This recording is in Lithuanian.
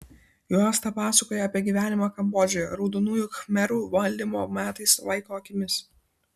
juosta pasakoja apie gyvenimą kambodžoje raudonųjų khmerų valdymo metais vaiko akimis